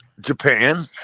Japan